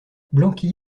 blanqui